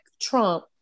Trump